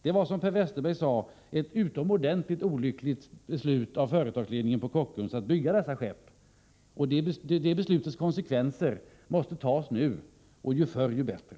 Det var, som Per Westerberg sade, ett utomordentligt olyckligt beslut av företagsledningen på Kockums att bygga dessa skepp. Det beslutets konsekvenser måste tas nu, ju förr desto bättre.